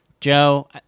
Joe